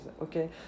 Okay